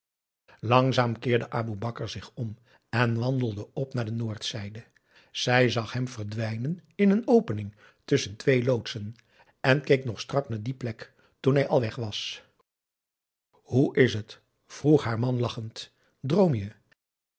langzaam keerde aboe bakar zich om en wandelde op naar de noordzijde zij zag hem verdwijnen in een opening tusschen twee loodsen en keek nog strak naar die plek toen hij al weg was hoe is het vroeg haar man lachend droom je